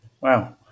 Wow